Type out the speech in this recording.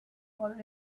for